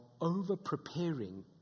over-preparing